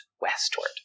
westward